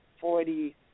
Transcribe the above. forty